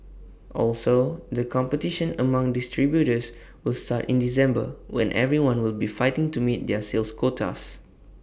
also the competition among distributors will start in December when everyone will be fighting to meet their sales quotas